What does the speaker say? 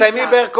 סליחה.